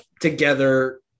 together